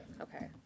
okay